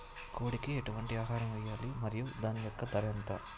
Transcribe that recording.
కోడి కి ఎటువంటి ఆహారం వేయాలి? మరియు దాని యెక్క ధర ఎంత?